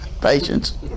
patience